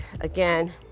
again